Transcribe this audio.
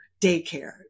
daycare